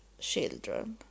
children